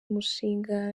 umushinga